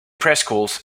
preschools